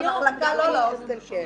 למחלקה לא, להוסטל כן.